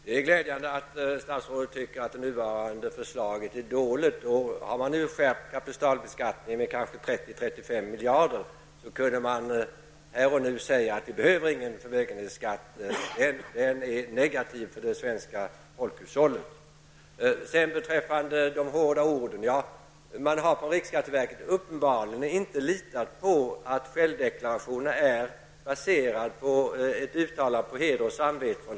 Herr talman! Det är glädjande att statsrådet anser att de nuvarande systemet är dåligt. När man nu har skärpt kapitalbeskattningen med 30--35 miljarder, borde statsrådet här och nu kunna säga att det inte behövs någon förmögenhetsbeskattning, eftersom en sådan är negativ för det svenska folkhushållet. Statsrådet sade att jag använde hårda ord. Från riksskatteverket har man uppenbarligen inte litat på att självdeklarationerna verkligen är upprättade på deklaranternas heder och samvete.